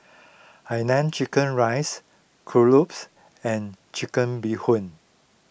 Hainanese Chicken Rice Kuih Lopes and Chicken Bee Hoon